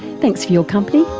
thanks your company,